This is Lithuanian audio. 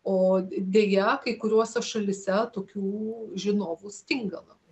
o deja kai kuriose šalyse tokių žinovų stinga labai